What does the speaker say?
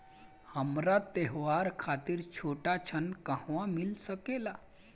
हमरा त्योहार खातिर छोटा ऋण कहवा मिल सकेला?